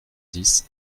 dix